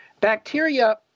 Bacteria